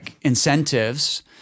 incentives